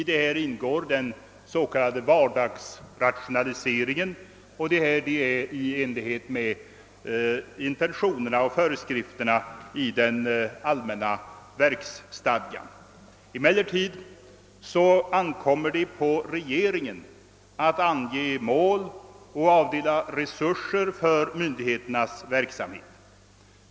I enlighet med intentionerna och föreskrifterna i den allmänna verksstadgan ingår häri den s.k. vardagsrationaliseringen. På regeringen ankommer att ange mål och avdela resurser för myndigheternas verksamhet.